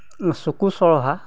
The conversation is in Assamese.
চকু চৰহা